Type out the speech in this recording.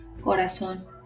corazón